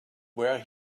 where